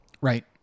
Right